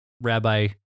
rabbi